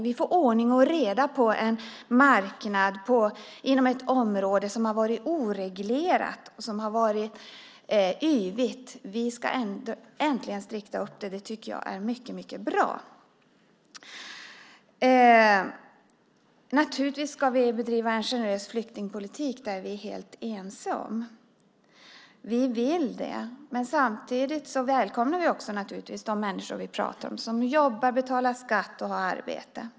Vi får ordning och reda på marknaden inom ett område som har varit oreglerat och yvigt. Vi ska äntligen strikta upp det. Det tycker jag är mycket bra. Naturligtvis ska vi bedriva en generös flyktingpolitik. Det är vi helt ense om. Vi vill det. Men samtidigt välkomnar vi de människor vi pratar om, som jobbar, betalar skatt och har arbete.